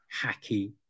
hacky